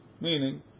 meaning